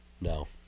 no